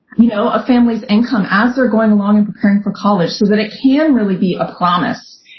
you know, a family's income as they're going along and preparing for college so that it can really be a promise.